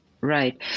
right